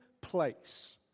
place